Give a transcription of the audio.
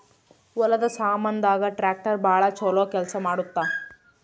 ಹೊಲದ ಸಾಮಾನ್ ದಾಗ ಟ್ರಾಕ್ಟರ್ ಬಾಳ ಚೊಲೊ ಕೇಲ್ಸ ಮಾಡುತ್ತ